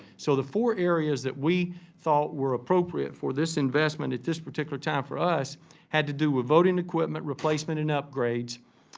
so, the four areas that we thought were appropriate for this investment at this particular time for us had to do with voting equipment, replacement, and upgrades,